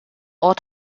ort